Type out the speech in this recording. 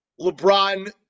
LeBron